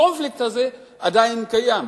הקונפליקט הזה עדיין קיים.